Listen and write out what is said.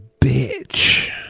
bitch